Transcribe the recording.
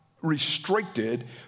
restricted